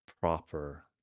proper